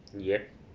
yup